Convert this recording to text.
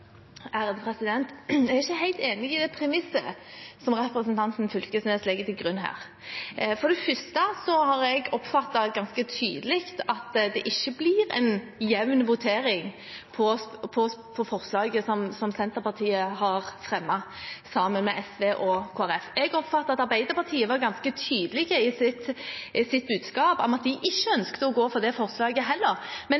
Jeg er ikke helt enig i det premisset som representanten Knag Fylkesnes legger til grunn her. For det første oppfattet jeg ganske tydelig at det ikke blir en jevn votering med tanke på forslaget som Senterpartiet har fremmet, sammen med SV og Kristelig Folkeparti. Jeg oppfattet at Arbeiderpartiet var ganske tydelig i sitt budskap om at de ikke ønsker å gå for det forslaget heller, men